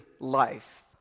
Life